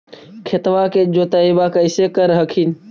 खेतबा के जोतय्बा कैसे कर हखिन?